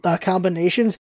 combinations